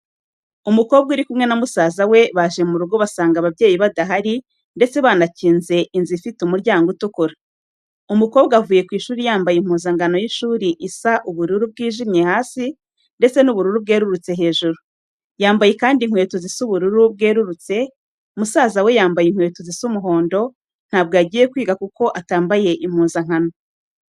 Umukobwa uri kumwe na musaza we, baje murugo basanga ababyeyi badahari ndetse banakinze inzu ifite umuryango utukura. Umukobwa avuye ku ishuri yambaye impuzankano y'ishuri isa ubururu bwijimye hasi ndetse n'ubururu bwerurutse hejuru, yambaye kandi inkweto zisa ubururu bwerurutse, musaza we yambaye inkweto zisa umuhondo, ntago yagiye kwiga kuko atambaye impuzankano.